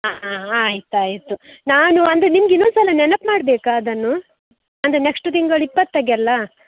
ಹಾಂ ಹಾಂ ಆಯ್ತು ಆಯಿತು ನಾನು ಅಂದರೆ ನಿಮ್ಗೆ ಇನ್ನೊಂದುಸಲ ನೆನಪು ಮಾಡಬೇಕಾ ಅದನ್ನು ಅಂದರೆ ನೆಕ್ಸ್ಟ್ ತಿಂಗಳು ಇಪ್ಪತ್ತಕ್ಕಲ್ಲಾ